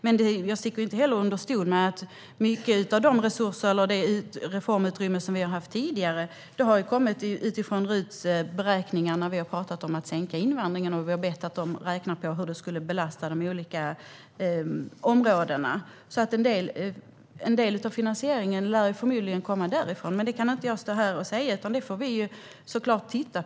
Jag sticker dock inte heller under stol med att mycket av det reformutrymme vi har haft tidigare har kommit från RUT:s beräkningar när vi har pratat om att minska invandringen. Vi har bett RUT räkna på hur det skulle belasta de olika områdena. En del av finansieringen lär alltså förmodligen komma därifrån, men det kan jag inte stå här och säga. Det får vi såklart titta på.